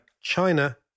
China